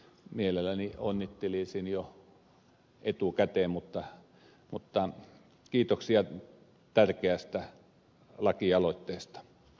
mielelläni onnittelisin jo etukäteen mutta kiitoksia tärkeästä lakialoitteesta